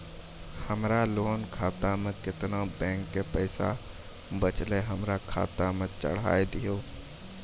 हमरा लोन खाता मे केतना बैंक के पैसा बचलै हमरा खाता मे चढ़ाय दिहो?